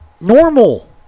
normal